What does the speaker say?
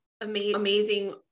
amazing